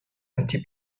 empty